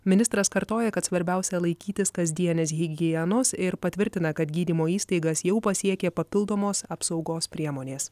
ministras kartoja kad svarbiausia laikytis kasdienės higienos ir patvirtina kad gydymo įstaigas jau pasiekė papildomos apsaugos priemonės